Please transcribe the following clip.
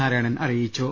നാരായണൻ അറിയിച്ചു